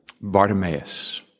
Bartimaeus